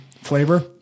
flavor